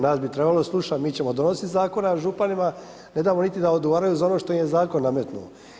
Nas bi trebali slušati, mi ćemo donositi zakone, županima ne damo niti da odgovaraju za ono što im je zakon nametnuo.